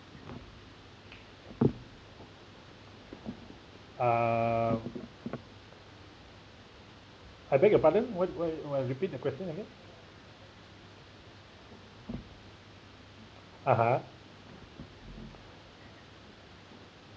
uh I beg your pardon what what repeat the question again (uh huh)